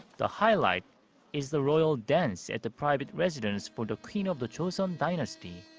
the highlight is the royal dance at the private residence for the queen of the joseon dynasty.